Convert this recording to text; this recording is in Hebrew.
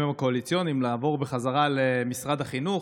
הקואליציוניים ולעבור בחזרה למשרד החינוך,